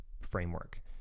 framework